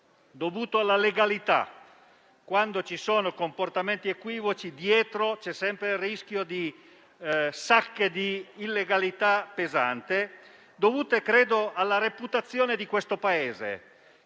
tavole; alla legalità, perché, quando ci sono comportamenti equivoci, dietro c'è sempre il rischio di sacche di illegalità pesante; alla reputazione di questo Paese,